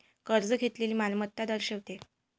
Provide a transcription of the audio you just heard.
कर्ज घेतलेली मालमत्ता दर्शवते